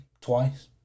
twice